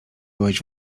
byłeś